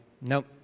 Nope